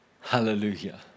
Hallelujah